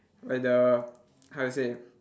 like the how to say